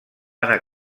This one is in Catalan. anar